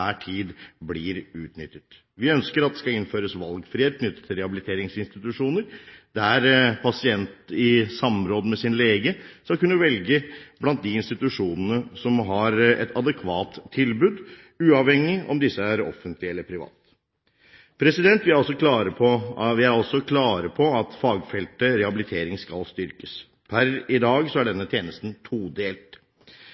tid blir utnyttet. Vi ønsker at det skal innføres valgfrihet knyttet til rehabiliteringsinstitusjoner, der pasienten i samråd med sin lege skal kunne velge blant de institusjonene som har et adekvat tilbud, uavhengig av om disse er offentlige eller private. Vi er også klare på at fagfeltet rehabilitering skal styrkes. Per i dag er